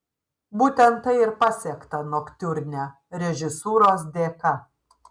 būtent tai ir pasiekta noktiurne režisūros dėka